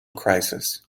crisis